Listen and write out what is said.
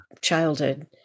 childhood